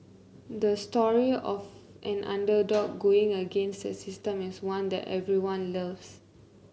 the story of an underdog going against the system is one that everyone loves